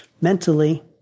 mentally